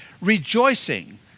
rejoicing